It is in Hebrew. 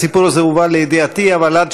הסיפור הזה הובא לידיעתי, אבל עד